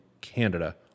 Canada